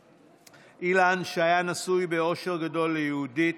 אילן, שהיה נשוי באושר גדול ליהודית,